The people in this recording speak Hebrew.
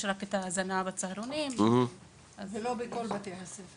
יש רק הזנה בצהרונים וגם זה לא בכל בתי הספר.